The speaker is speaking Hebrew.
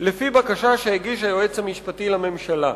לפי בקשה שיגיש היועץ המשפטי לממשלה.